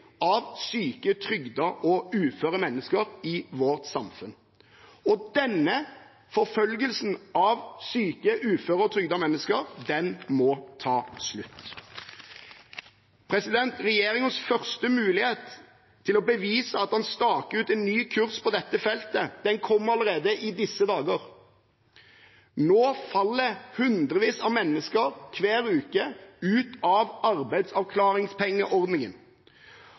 av syke, trygdede og uføre mennesker i vårt samfunn. Denne forfølgelsen av syke, uføre og trygdede mennesker må ta slutt. Regjeringens første mulighet til å bevise at den staker ut en ny kurs på dette feltet, kommer allerede i disse dager. Nå faller hundrevis av mennesker hver uke ut av arbeidsavklaringspengeordningen